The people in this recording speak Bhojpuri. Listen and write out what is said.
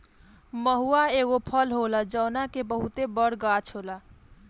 महुवा एगो फल होला जवना के बहुते बड़ गाछ होला